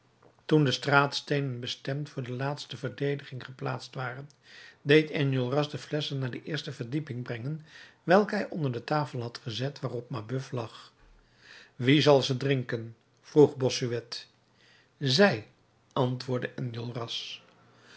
toen de straatsteenen bestemd voor de laatste verdediging geplaatst waren deed enjolras de flesschen naar de eerste verdieping brengen welke hij onder de tafel had gezet waarop mabeuf lag wie zal ze drinken vroeg bossuet zij antwoordde